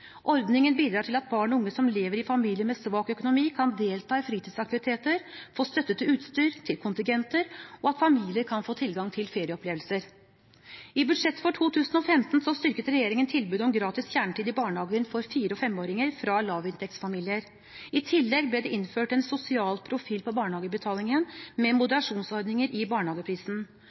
Ordningen bidrar til at barn og unge som lever i familier med svak økonomi, kan delta i fritidsaktiviteter, få støtte til utstyr og til kontingenter, og at familier kan få tilgang til ferieopplevelser. I budsjettet for 2015 styrket regjeringen tilbudet om gratis kjernetid i barnehagen for fire- og femåringer fra lavinntektsfamilier. I tillegg ble det innført en sosial profil på barnehagebetalingen, med